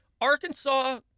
Arkansas